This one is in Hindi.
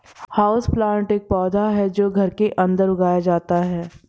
हाउसप्लांट एक पौधा है जो घर के अंदर उगाया जाता है